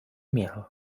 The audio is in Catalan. mil